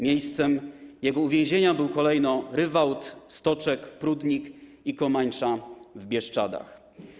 Miejscem jego uwięzienia były kolejno Rywałd, Stoczek, Prudnik i Komańcza w Bieszczadach.